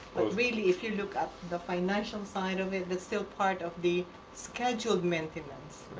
really, if you look at the financial side of it, there's still part of the scheduled maintenance.